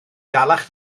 dalach